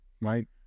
Right